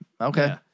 Okay